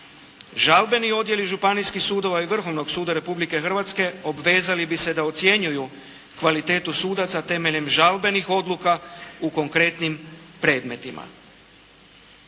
Žalbeni odjeli županijskih sudova i Vrhovnog suda Republike Hrvatske obvezali bi se da ocjenjuju kvalitetu sudaca temeljem žalbenih odluka u konkretnim predmetima.